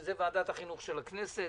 שבזה עוסקת ועדת החינוך של הכנסת,